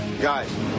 Guys